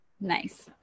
Nice